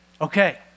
okay